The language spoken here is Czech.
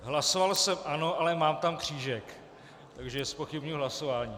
Hlasoval jsem ano, ale mám tam křížek, takže zpochybňuji hlasování.